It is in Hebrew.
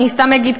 ואני סתם אגיד,